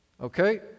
Okay